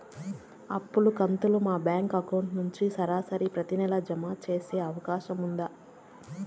అప్పు కంతులు మా బ్యాంకు అకౌంట్ నుంచి సరాసరి ప్రతి నెల జామ సేసే అవకాశం ఉందా?